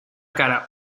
cara